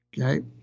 Okay